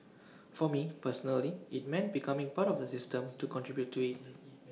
for me personally IT meant becoming part of the system to contribute to IT